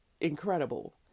incredible